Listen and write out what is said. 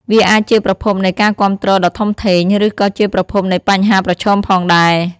វាអាចជាប្រភពនៃការគាំទ្រដ៏ធំធេង ឬក៏ជាប្រភពនៃបញ្ហាប្រឈមផងដែរ ។